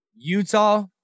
Utah